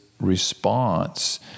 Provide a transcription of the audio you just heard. response